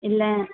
இல்லை